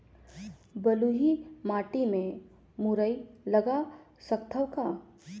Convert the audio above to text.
बलुही माटी मे मुरई लगा सकथव का?